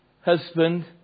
husband